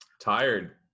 Tired